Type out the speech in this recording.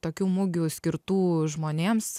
tokių mugių skirtų žmonėms